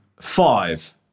Five